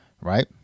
Right